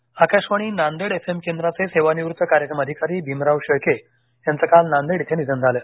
निधन Akashvani Nanded F M केंद्राचे सेवानिवृत्त कार्यक्रम अधिकारी भिमराव शेळके यांच काल नांदेड इथं निधन झालं